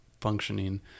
functioning